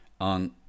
on